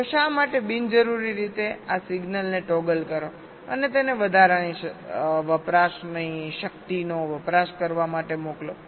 તો શા માટે બિનજરૂરી રીતે આ સિગ્નલને ટોગલ કરો અને તેને વધારાની શક્તિનો વપરાશ કરો